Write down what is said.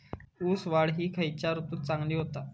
ऊस वाढ ही खयच्या ऋतूत चांगली होता?